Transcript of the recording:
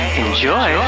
enjoy